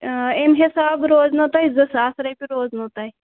اَمہِ حِسابہٕ روزنو تۄہہِ زٕ ساس رۄپیہِ روزنو تۄہہِ